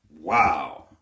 Wow